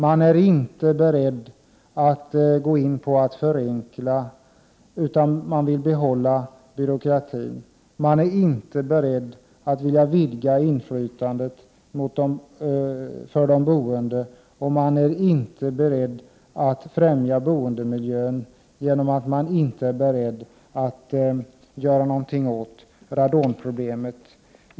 Man är inte beredd att förenkla, utan man vill behålla byråkratin. Man är inte beredd att vidga inflytandet för de boende. Och man är inte beredd att främja boendemiljön genom att göra någonting åt radonproblemet.